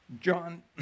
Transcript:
John